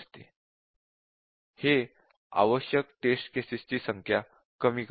हे आवश्यक test cases ची संख्या कमी करते